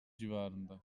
civarında